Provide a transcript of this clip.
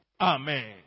Amen